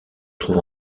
trouve